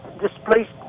displaced